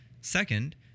Second